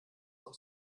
auch